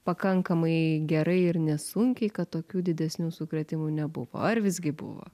pakankamai gerai ir nesunkiai kad tokių didesnių sukrėtimų nebuvo ar visgi buvo